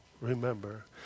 remember